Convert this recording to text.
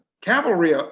cavalry